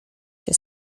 się